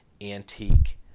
antique